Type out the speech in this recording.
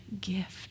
gift